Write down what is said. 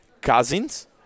cousins